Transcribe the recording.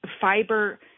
fiber